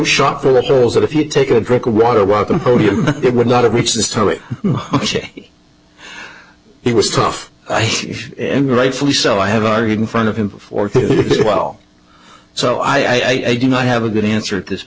shocked belittles that if you take a drink of water walking podium it would not have reached this time ok he was tough and rightfully so i have argued in front of him before well so i do not have a good answer at this